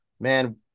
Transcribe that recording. man